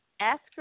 Ask